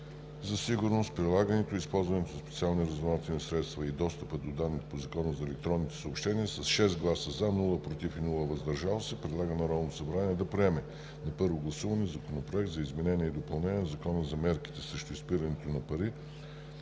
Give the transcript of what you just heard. за сигурност, прилагането и използването на специалните разузнавателни средства и достъпа до данните по Закона за електронните съобщения с 6 гласа „за“, без „против“ и „въздържал се“ предлага на Народното събрание да приеме на първо гласуване Законопроект за изменение и допълнение на Закона за мерките срещу изпирането на пари,